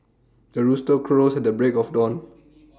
the rooster crows at the break of dawn